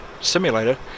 simulator